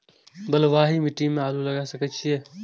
बलवाही मिट्टी में आलू लागय सके छीये?